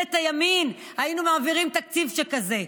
ממשלת הימין, היינו מעבירים תקציב שכזה?